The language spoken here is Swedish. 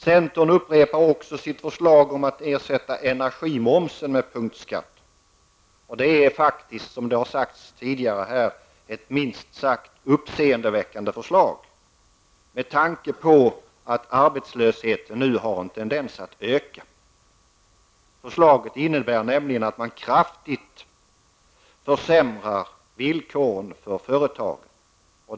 Centern upprepar också sitt förslag om att ersätta energimomsen med punktskatter. Det är, som det har sagts tidigare, ett minst sagt uppseendeväckande förslag med tanke på att arbetslösheten nu har en tendens att öka. Förslaget innebär nämligen att man kraftigt försämrar villkoren för företagen.